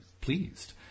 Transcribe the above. pleased